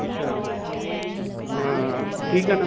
अच्छा ठीक है न